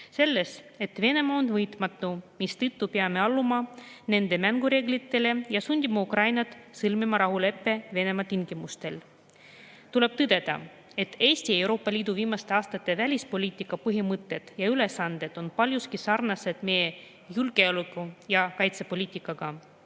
selles, et Venemaa on võitmatu, mistõttu peame alluma nende mängureeglitele ning sundima Ukrainat sõlmima rahulepet Venemaa tingimustel. Tuleb tõdeda, et Eesti ja Euroopa Liidu viimaste aastate välispoliitika põhimõtted ja ülesanded on paljuski sarnased meie julgeoleku- ja kaitsepoliitikaga.